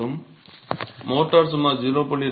5 அளவிலும் மோர்டார் சுமார் 0